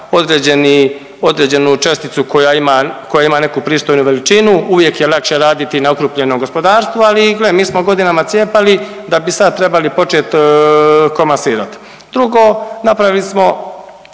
određenu česticu koja ima, koja ima neku pristojnu veličinu, uvijek je lakše raditi na okrupljenom gospodarstvu, ali gle mi smo godinama cijepali da bi sad trebali počet komasirati. Drugo, napravili smo